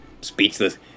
speechless